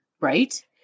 Right